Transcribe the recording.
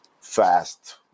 fast